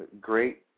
great